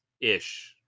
ish